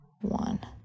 one